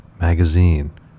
magazine